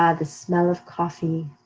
ah the smell of coffee.